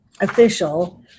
official